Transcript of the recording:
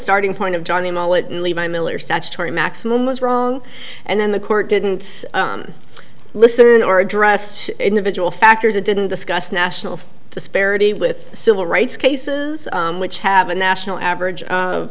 starting point of johnny militantly my miller statutory maximum was wrong and then the court didn't listen or address individual factors it didn't discuss nationals disparity with civil rights cases which have a national average